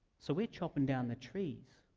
so we're chopping down the trees,